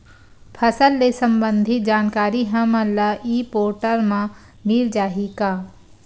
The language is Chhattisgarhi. फसल ले सम्बंधित जानकारी हमन ल ई पोर्टल म मिल जाही का?